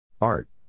Art